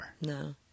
No